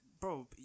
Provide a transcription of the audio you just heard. bro